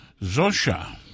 Zosha